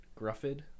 Gruffid